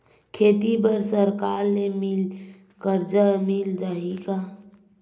खेती बर सरकार ले मिल कर्जा मिल जाहि का?